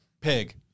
Pig